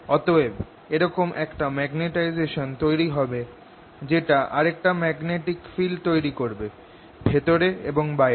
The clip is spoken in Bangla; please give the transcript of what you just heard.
অতএব এরকম একটা মেগনেটাইজেশান তৈরি হবে যেটা আরেকটা ম্যাগনেটিক ফিল্ড তৈরি করবে ভেতরে এবং বাইরে